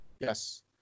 yes